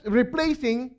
replacing